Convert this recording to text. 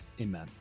Amen